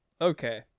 okay